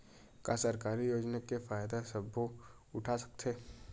का सरकारी योजना के फ़ायदा सबो उठा सकथे?